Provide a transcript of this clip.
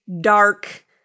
dark